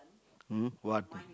mm what